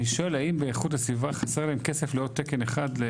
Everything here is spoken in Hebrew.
אני שואל האם באיכות הסביבה חסר להם כסף לעוד תקן אחד?